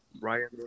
Ryan